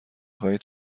خواهید